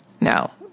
Now